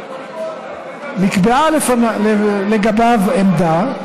נקבעה לגביו עמדה,